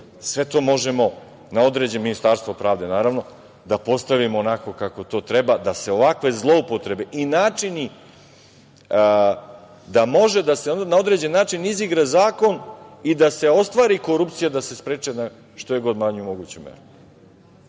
Republike Srbije, Ministarstvo pravde, naravno, sve to možemo da postavimo onako kako to treba, da se ovakve zloupotrebe i načini da može da se na određen način izigra zakon i da se ostvari korupcija da se spreče na što je god manju moguću